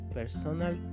personal